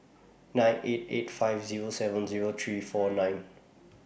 nine eight eight five Zero seven Zero three four nine